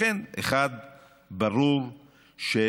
לכן, 1. לא